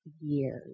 years